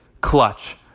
clutch